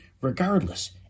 regardless